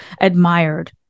admired